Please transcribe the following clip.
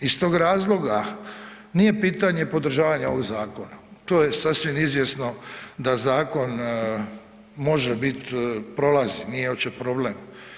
Iz tog razloga nije pitanje podržavanje ovog zakona to je sasvim izvjesno da zakon može biti, prolazi, nije uopće problem.